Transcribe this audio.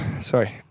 sorry